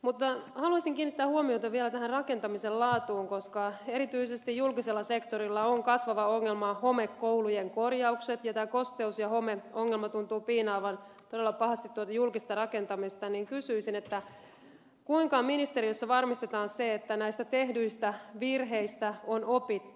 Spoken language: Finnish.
mutta haluaisin kiinnittää huomiota vielä tähän rakentamisen laatuun koska erityisesti julkisella sektorilla kasvava ongelma on homekoulujen korjaukset ja kun tämä kosteus ja homeongelma tuntuu piinaavan todella pahasti tuota julkista rakentamista niin kysyisin kuinka ministeriössä varmistetaan se että näistä tehdyistä virheistä on opittu